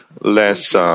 less